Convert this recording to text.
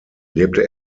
lebte